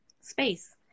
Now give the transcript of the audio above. space